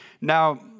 Now